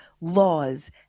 laws